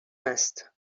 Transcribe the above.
است